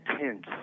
tense